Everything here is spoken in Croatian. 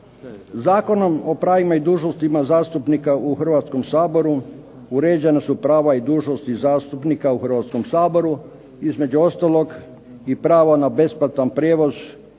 Zakonom o pravima i dužnostima zastupnika u Hrvatskom saboru uređena su prava i dužnosti zastupnika u Hrvatskom saboru, između ostalog i pravo na besplatan prijevoz